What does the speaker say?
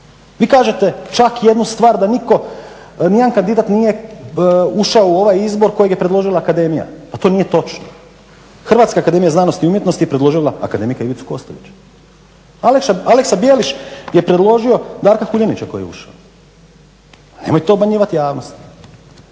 Vi kažete čak jednu stvar da niko, ni jedan kandidat nije ušao u ovaj izbor kojeg je predložila akademija, pa to nije točno. Hrvatska akademija znanosti i umjetnosti je predložila Akademika Ivicu Kostovića, Aleksa Bjeliš je predložio Darka Huljanića koji je ušao, nemojte obmanjivati javnost.